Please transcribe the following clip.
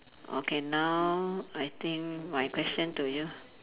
okay now I think my question to you